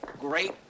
great